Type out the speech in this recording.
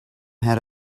had